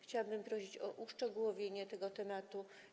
Chciałabym prosić o uszczegółowienie tego tematu.